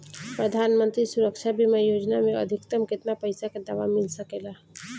प्रधानमंत्री सुरक्षा बीमा योजना मे अधिक्तम केतना पइसा के दवा मिल सके ला?